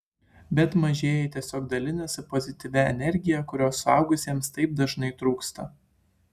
bet mažieji tiesiog dalinasi pozityvia energija kurios suaugusiems taip dažnai trūksta